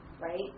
Right